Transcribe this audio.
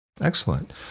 Excellent